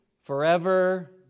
forever